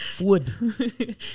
Wood